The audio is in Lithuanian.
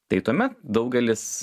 tai tuomet daugelis